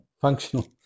functional